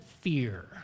fear